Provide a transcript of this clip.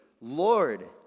Lord